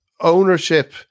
ownership